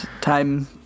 time